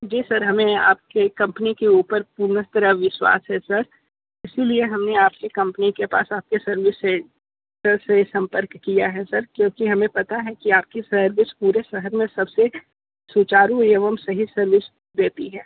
जी sir हमें आपके company के ऊपर पूर्ण तरह विश्वास है सर इसीलिए हम ने आपकी कंपनी के पास आपके सर्विस से से संपर्क किया है सर क्योंकि हमे पता है कि आपकी सर्विस पूरे शहर में सबसे सुचारु एवं सही सर्विस देती हैं